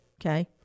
okay